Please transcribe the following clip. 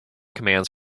commands